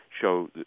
show